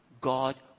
God